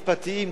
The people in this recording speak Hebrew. משפטיים,